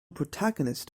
protagonist